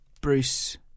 Bruce